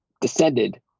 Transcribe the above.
descended